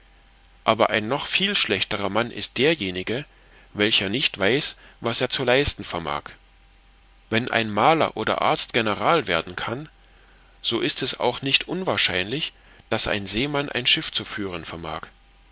aber ein noch viel schlechterer mann ist derjenige welcher nicht weiß was er zu leisten vermag wenn ein maler oder ein arzt general werden kann so ist es auch nicht unwahrscheinlich daß ein seemann ein schiff zu führen vermag